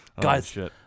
guys